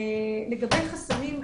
לגבי חסמים,